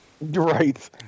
Right